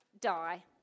die